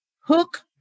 hook